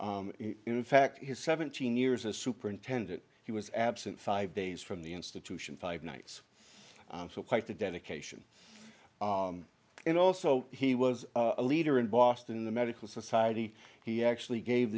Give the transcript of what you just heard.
s in fact he's seventeen years a superintendent he was absent five days from the institution five nights so quite a dedication and also he was a leader in boston in the medical society he actually gave